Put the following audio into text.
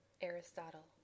Aristotle